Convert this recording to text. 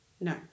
no